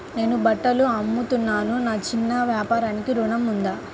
నేను బట్టలు అమ్ముతున్నాను, నా చిన్న వ్యాపారానికి ఋణం ఉందా?